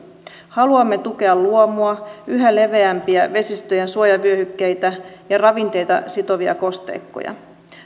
haluamme tukea luomua yhä leveämpiä vesistöjen suojavyöhykkeitä ja ravinteita sitovia kosteikkoja